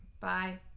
Bye